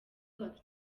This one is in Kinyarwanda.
kwaka